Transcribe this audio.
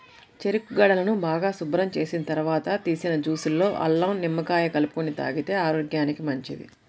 చెరుకు గడలను బాగా శుభ్రం చేసిన తర్వాత తీసిన జ్యూస్ లో అల్లం, నిమ్మకాయ కలుపుకొని తాగితే ఆరోగ్యానికి మంచిది